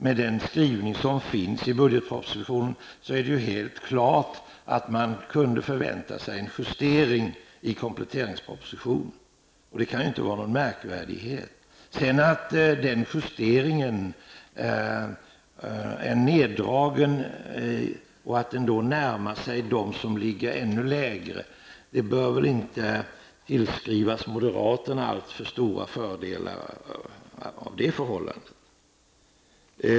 Med den skrivning som finns i budgetpropositionen är det helt klart att man kunde förvänta sig en justering i kompletteringspropositionen -- det kan inte vara något märkvärdigt. Att den justeringen sedan är neddragen och närmar sig förslag som ligger ännu lägre bör moderaterna inte tillskriva sig alltför stora fördelar av.